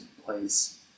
place